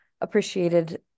appreciated